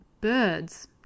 birds